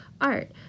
art